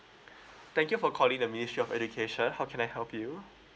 thank you for calling the ministry of education how can I help you